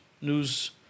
news